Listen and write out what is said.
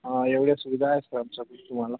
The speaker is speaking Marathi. एवढ्या सुविधा आहेत सर आमच्या तुम्हाला